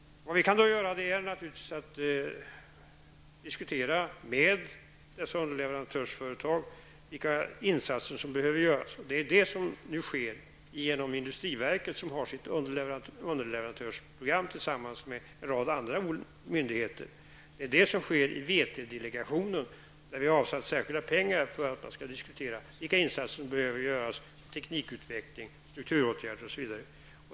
Vad vi kan göra är naturligtvis att diskutera med dessa underleverantörsföretag om vilka insatser som behöver göras. Det är vad som nu sker genom industriverket, som har sitt underleverantörsprogram tillsammans med en rad andra myndigheter. Detta sker i VT-delegationen, där vi har avsatt särskilda pengar för att man skall diskutera vilka insatser som behöver göras -- teknikutveckling, strukturåtgärder osv.